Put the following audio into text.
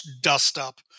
dust-up